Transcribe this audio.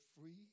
free